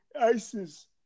ISIS